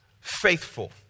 Faithful